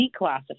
declassified